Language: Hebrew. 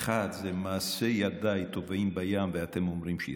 האחד זה "מעשי ידיי טובעים בים ואתם אומרים שירה",